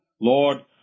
Lord